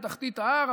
בתחתית ההר,